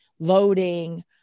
loading